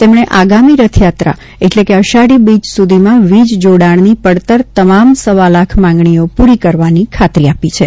તેમણે આગામી રથયાત્રા એટલે કે અષાઢી બીજ સુધીમાં વીજ જોડાણની પડતર તમામ સવા લાખ માંગણીઓ પૂરી કરવાની ખાતરી આપી છે